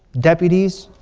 deputies.